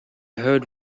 heard